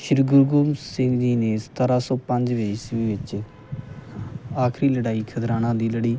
ਸ਼੍ਰੀ ਗੁਰੂ ਗੋਬਿੰਦ ਸਿੰਘ ਜੀ ਨੇ ਸਤਾਰਾਂ ਸੌ ਪੰਜਵੀ ਇਸਵੀਂ ਵਿੱਚ ਆਖਰੀ ਲੜਾਈ ਖਿਦਰਾਣਾ ਦੀ ਲੜੀ